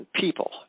people